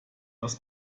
das